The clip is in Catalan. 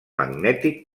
magnètic